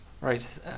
right